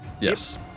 Yes